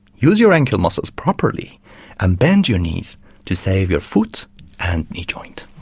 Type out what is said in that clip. use your ankle muscles properly and bend your knees to save your foot and knee joint.